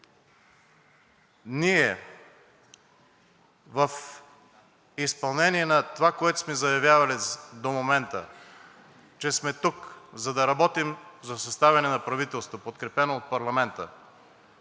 ние в изпълнение на това, което сме заявявали до момента, че сме тук, за да работим за съставяне на правителство, подкрепено от парламента,